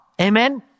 Amen